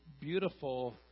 beautiful